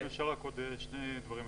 אדוני, אם אפשר עוד שני דברים.